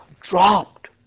dropped